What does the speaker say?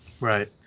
Right